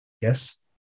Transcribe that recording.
Yes